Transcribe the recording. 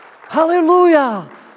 Hallelujah